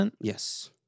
yes